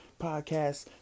podcast